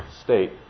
state